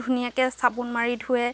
ধুনীয়াকৈ চাবোন মাৰি ধুৱে